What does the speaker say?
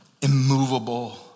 immovable